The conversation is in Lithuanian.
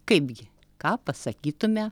kaipgi ką pasakytume